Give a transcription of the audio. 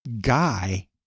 guy